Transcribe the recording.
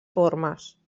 formes